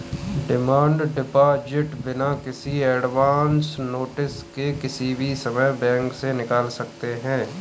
demand deposit बिना किसी advance notice के किसी भी समय बैंक से निकाल सकते है